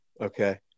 Okay